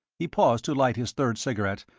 he paused to light his third cigarette,